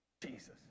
Jesus